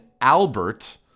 Albert